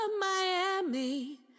Miami